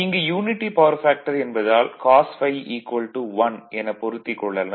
இங்கு unity power factor என்பதால் cos ∅ 1 எனப் பொருத்திக் கொள்கிறோம்